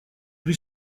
при